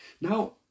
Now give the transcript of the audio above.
Now